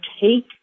take